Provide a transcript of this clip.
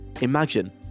imagine